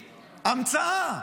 המצאה,